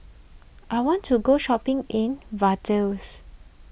I want to go shopping in Vaduz